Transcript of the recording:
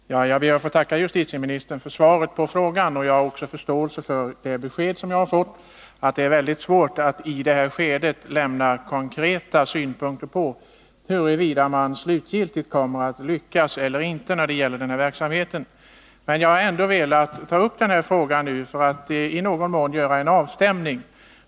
Fru talman! Jag ber att få tacka justitieministern för svaret på min fråga. Jag har förståelse för det besked som jag har fått, nämligen att det är väldigt svårt att i nuvarande skede anlägga konkreta synpunkter på huruvida man slutgiltigt kommer att lyckas eller inte när det gäller den här verksamheten. Jag har ändå velat ta upp frågan nu för att i någon mån göra en avstämning.